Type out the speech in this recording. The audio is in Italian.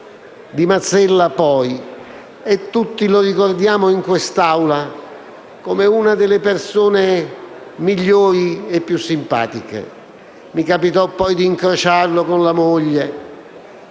di Mastella poi e tutti lo ricordiamo, in quest'Aula, come una delle persone migliori e più simpatiche. Mi capitò poi di incrociarlo con la moglie